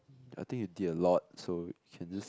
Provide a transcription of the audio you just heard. I think you did a lot so can just